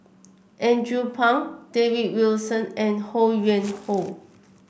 Andrew Phang David Wilson and Ho Yuen Hoe